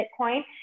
Bitcoin